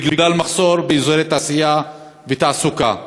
בגלל מחסור באזורי תעשייה ובתעסוקה.